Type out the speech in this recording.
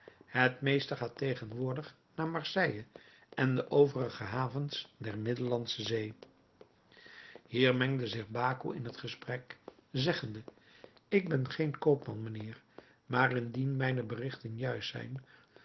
het meeste gaat tegenwoordig naar marseille en de overige havens der middellandsche zee hier mengde zich baco in het gesprek zeggende ik ben geen koopman mijnheer maar indien mijne berichten juist zijn